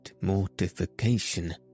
mortification